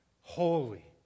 holy